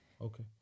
Okay